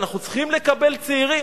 אנחנו צריכים לקבל צעירים,